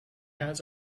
has